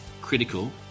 critical